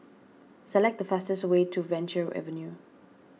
select the fastest way to Venture Avenue